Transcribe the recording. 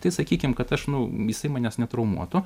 tai sakykim kad aš nu jisai manęs netraumuotų